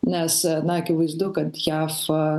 nes na akivaizdu kad jav